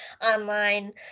online